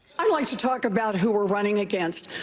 um like to talk about who we're running against.